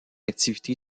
activité